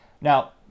Now